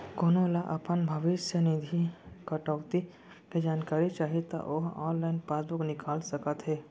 कोनो ल अपन भविस्य निधि कटउती के जानकारी चाही त ओ ह ऑनलाइन पासबूक निकाल सकत हे